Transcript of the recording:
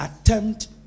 attempt